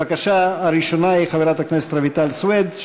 ההצעה הראשונה היא של חברת הכנסת רויטל סויד,